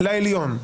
לעליון.